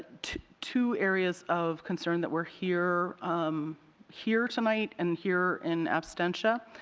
two areas of concern that we're here um here tonight and here in abstensia.